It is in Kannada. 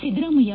ಸಿದ್ದರಾಮಯ್ಯ